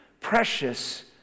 precious